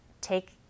take